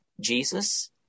Jesus